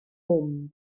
mynd